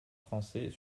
français